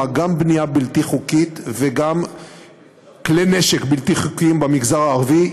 גם בנייה בלתי חוקית וגם כלי נשק בלתי חוקיים במגזר הערבי,